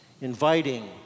inviting